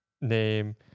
name